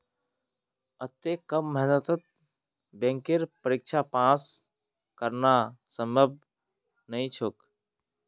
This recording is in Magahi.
अत्ते कम मेहनतत बैंकेर परीक्षा पास करना संभव नई छोक